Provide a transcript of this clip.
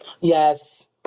yes